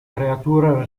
creatura